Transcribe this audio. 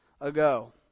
ago